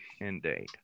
Indeed